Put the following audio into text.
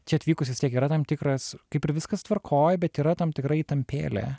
čia atvykus vis tiek yra tam tikras kaip ir viskas tvarkoj bet yra tam tikra įtampėlė